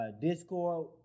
Discord